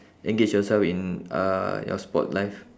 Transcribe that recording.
engage yourself in uh your sport life